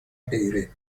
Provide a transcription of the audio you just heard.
غیره